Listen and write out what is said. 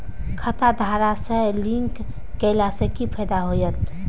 खाता आधार से लिंक केला से कि फायदा होयत?